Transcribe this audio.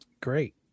great